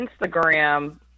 Instagram